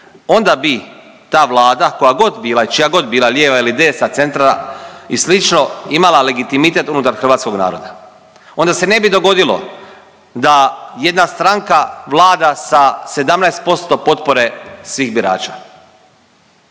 Onda bi ta Vlada koja god bila i čija god bila lijeva ili desna, centralna i slično imala legitimitet unutar hrvatskog naroda, onda se ne bi dogodilo da jedna stranka vlada sa 17% potpore svih birača,